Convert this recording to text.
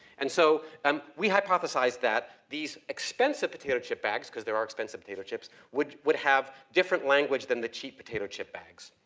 and so um we hypothesized that these expensive potato chip bags, because there are expensive potato chips, would, would have different language than the cheap potato chip bags.